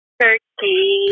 turkey